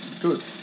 Good